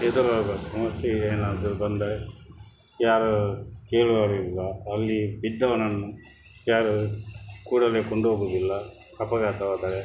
ಎದುರಾಗುವ ಸಮಸ್ಯೆ ಏನಾದರೂ ಬಂದರೆ ಯಾರೂ ಕೇಳುವವರು ಇಲ್ಲ ಅಲ್ಲಿ ಬಿದ್ದವನನ್ನು ಯಾರೂ ಕೂಡಲೇ ಕೊಂಡೋಗುವುದಿಲ್ಲ ಅಪಘಾತವಾದರೆ